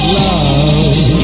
love